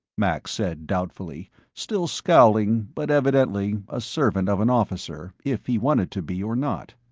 max said doubtfully, still scowling but evidently a servant of an officer, if he wanted to be or not.